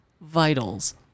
vitals